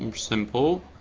um simple.